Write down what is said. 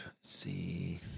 see